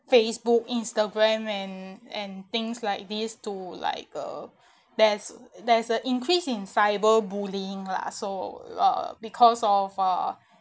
facebook instagram and and things like this to like uh there's there's a increase in cyber bullying lah so uh because all far